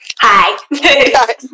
Hi